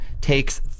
takes